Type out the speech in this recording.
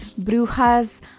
Brujas